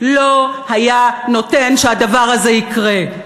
לא היה נותן שהדבר הזה יקרה.